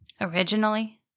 Originally